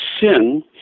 sin